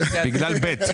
בגלל ה-ב'.